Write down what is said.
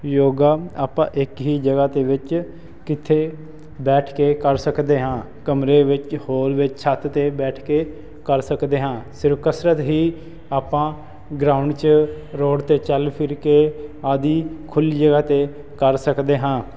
ਯੋਗਾ ਆਪਾਂ ਇੱਕ ਹੀ ਜਗ੍ਹਾ ਦੇ ਵਿੱਚ ਕਿੱਥੇ ਬੈਠ ਕੇ ਕਰ ਸਕਦੇ ਹਾਂ ਕਮਰੇ ਵਿੱਚ ਹੋਲ ਵਿੱਚ ਛੱਤ 'ਤੇ ਬੈਠ ਕੇ ਕਰ ਸਕਦੇ ਹਾਂ ਸਿਰਫ ਕਸਰਤ ਹੀ ਆਪਾਂ ਗਰਾਊਂਡ 'ਚ ਰੋਡ 'ਤੇ ਚੱਲ ਫਿਰ ਕੇ ਆਦਿ ਖੁੱਲ੍ਹੀ ਜਗ੍ਹਾ 'ਤੇ ਕਰ ਸਕਦੇ ਹਾਂ